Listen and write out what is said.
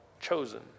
chosen